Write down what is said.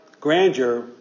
grandeur